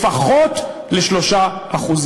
לפחות ל-3%.